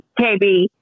KB